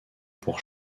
pour